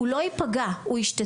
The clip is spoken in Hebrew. הוא לא ייפגע, הוא ישתתף.